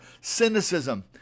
cynicism